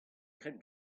graet